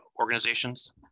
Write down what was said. organizations